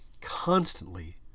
constantly